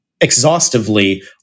exhaustively